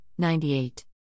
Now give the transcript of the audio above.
98